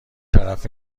طرف